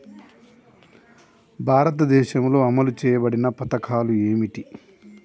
భారతదేశంలో అమలు చేయబడిన పథకాలు ఏమిటి?